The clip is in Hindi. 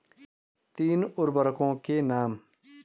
तीन उर्वरकों के नाम?